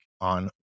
on